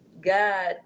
God